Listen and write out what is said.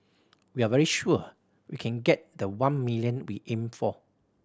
we are very sure we can get the one million we aimed for